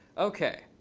ok.